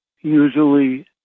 usually